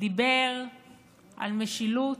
דיבר על משילות,